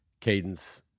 cadence